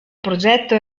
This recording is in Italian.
progetto